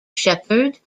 shepherd